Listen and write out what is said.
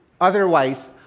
Otherwise